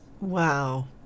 wow